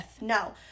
no